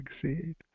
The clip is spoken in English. succeed